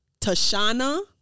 Tashana